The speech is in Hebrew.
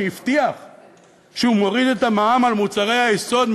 שהבטיח שהוא מוריד את המע"מ על מוצרי היסוד,